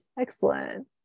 excellent